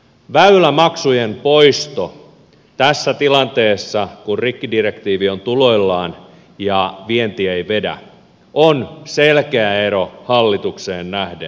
väylämaksujen poisto tässä tilanteessa kun rikkidirektiivi on tuloillaan ja vienti ei vedä on selkeä ero hallitukseen nähden